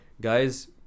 Guys